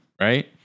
right